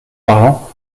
parlant